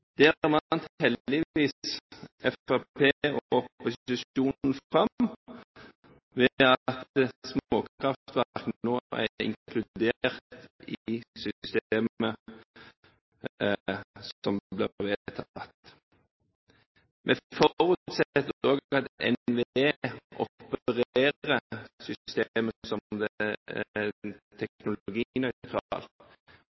heldigvis Fremskrittspartiet og opposisjonen fram, ved at småkraftverk nå er inkludert i systemet som blir vedtatt. Vi forutsetter også at NVE opererer systemet som